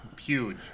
huge